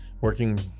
working